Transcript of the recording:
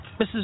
Mrs